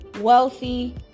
Wealthy